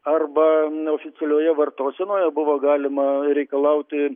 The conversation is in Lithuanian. arba neoficialioje vartosenoje buvo galima reikalauti